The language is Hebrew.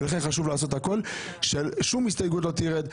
לעשות הכל כדי ששום הסתייגות לא תרד,